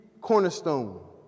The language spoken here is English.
cornerstone